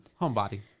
Homebody